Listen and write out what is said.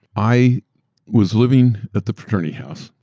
i was living at the fraternity house.